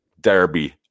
derby